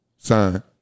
Sign